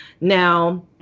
Now